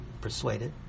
persuaded